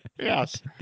Yes